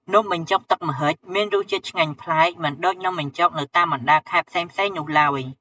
នំបញ្ចុកទឹកម្ហិចមានរសជាតិឆ្ងាញ់ប្លែក មិនដូចនំបញ្ចុក នៅតាមបណ្ដាខេត្តផ្សេងៗនោះឡើយ ។